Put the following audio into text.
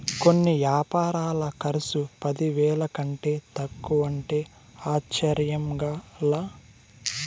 కొన్ని యాపారాల కర్సు పదివేల కంటే తక్కువంటే ఆశ్చర్యంగా లా